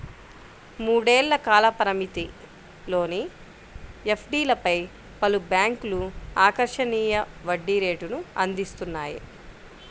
మూడేళ్ల కాల పరిమితిలోని ఎఫ్డీలపై పలు బ్యాంక్లు ఆకర్షణీయ వడ్డీ రేటును అందిస్తున్నాయి